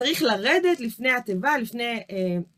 צריך לרדת לפני התיבה, לפני...